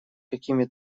какими